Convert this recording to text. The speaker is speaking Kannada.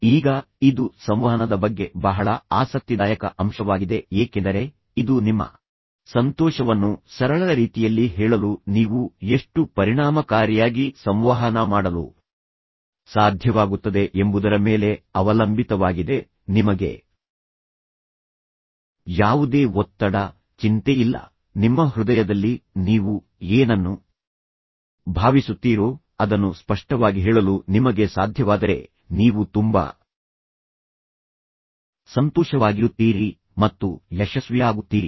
ಈಗ ಇದು ಸಂವಹನದ ಬಗ್ಗೆ ಬಹಳ ಆಸಕ್ತಿದಾಯಕ ಅಂಶವಾಗಿದೆ ಏಕೆಂದರೆ ಇದು ನಿಮ್ಮ ಸಂತೋಷವನ್ನು ಸರಳ ರೀತಿಯಲ್ಲಿ ಹೇಳಲು ನೀವು ಎಷ್ಟು ಪರಿಣಾಮಕಾರಿಯಾಗಿ ಸಂವಹನ ಮಾಡಲು ಸಾಧ್ಯವಾಗುತ್ತದೆ ಎಂಬುದರ ಮೇಲೆ ಅವಲಂಬಿತವಾಗಿದೆ ನಿಮಗೆ ಯಾವುದೇ ಒತ್ತಡ ಚಿಂತೆಯಿಲ್ಲ ನಿಮ್ಮ ಹೃದಯದಲ್ಲಿ ನೀವು ಏನನ್ನು ಭಾವಿಸುತ್ತೀರೋ ಅದನ್ನು ಸ್ಪಷ್ಟವಾಗಿ ಹೇಳಲು ನಿಮಗೆ ಸಾಧ್ಯವಾದರೆ ನೀವು ತುಂಬಾ ಸಂತೋಷವಾಗಿರುತ್ತೀರಿ ಮತ್ತು ಯಶಸ್ವಿಯಾಗುತ್ತೀರಿ